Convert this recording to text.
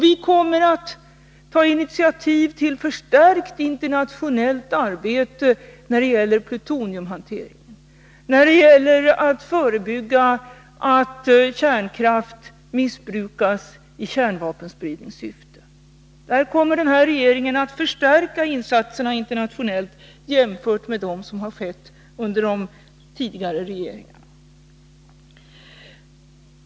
Vi kommer att ta initiativ till ett förstärkt internationellt arbete när det gäller plutoniumhanteringen och när det gäller att förebygga att kärnkraft missbrukas i kärnvapenspridningssyfte. Där kommer denna regering att förstärka insatserna internationellt, jämfört med vad som har skett under de tidigare regeringarna.